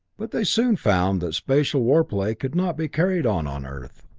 but they soon found that spatial warplay could not be carried on on earth.